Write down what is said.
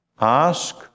Ask